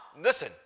listen